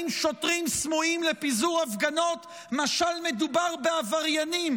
שוטרים סמויים לפיזור הפגנות משל מדובר בעבריינים,